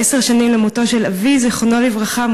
עשר שנים למותו של אבי זיכרונו לברכה,